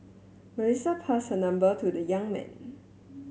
Melissa passed her number to the young man